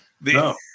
No